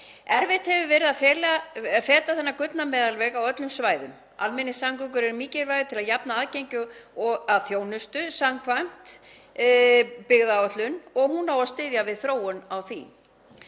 Erfitt hefur verið að feta þennan gullna meðalveg á öllum svæðum. Almenningssamgöngur eru mikilvægar til að jafna aðgengi að þjónustu samkvæmt byggðaáætlun og hún á að styðja við þróun á því.